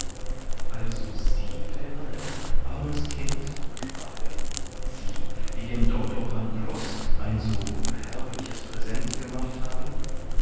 also sie wären es armes kind sprach er sie die dem doctor pangloß ein so herrliches präsent gemacht haben